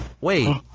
wait